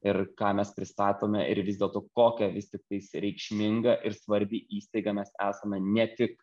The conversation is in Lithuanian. ir ką mes pristatome ir vis dėlto kokia vis tiktais reikšminga ir svarbi įstaiga mes esame ne tik